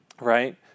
right